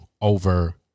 over